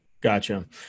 Gotcha